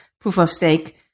proof-of-stake